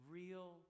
real